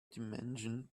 dimension